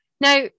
Now